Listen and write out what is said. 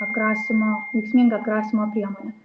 atgrasymo veiksminga atgrasymo priemonė